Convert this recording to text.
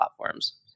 platforms